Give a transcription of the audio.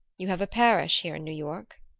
you have a parish here in new york?